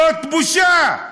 זאת בושה.